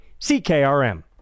CKRM